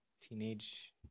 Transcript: Teenage